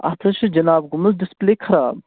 اَتھ حظ چھُ جناب گوٚمُت ڈِسپٕلے خراب